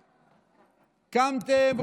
קמתם,